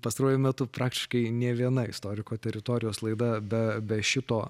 pastaruoju metu praktiškai nė viena istoriko teritorijos laida be be šito